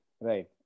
Right